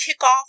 kickoff